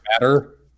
Matter